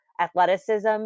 athleticism